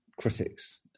critics